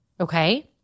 okay